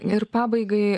ir pabaigai